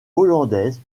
hollandaise